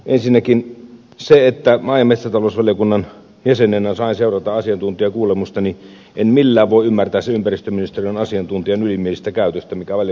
ensinnäkin kun maa ja metsätalousvaliokunnan jäsenenä sain seurata asiantuntijakuulemista niin en millään voi ymmärtää sen ympäristöministeriön asiantuntijan ylimielistä käytöstä mikä valiokunnassa oli